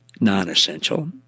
non-essential